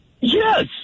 Yes